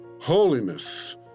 Holiness